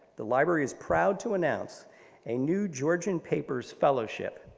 the library is proud to announce a new georgian papers fellowship.